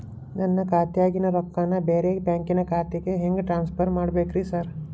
ನನ್ನ ಖಾತ್ಯಾಗಿನ ರೊಕ್ಕಾನ ಬ್ಯಾರೆ ಬ್ಯಾಂಕಿನ ಖಾತೆಗೆ ಹೆಂಗ್ ಟ್ರಾನ್ಸ್ ಪರ್ ಮಾಡ್ಬೇಕ್ರಿ ಸಾರ್?